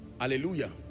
Hallelujah